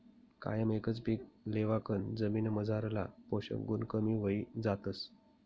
कायम एकच पीक लेवाकन जमीनमझारला पोषक गुण कमी व्हयी जातस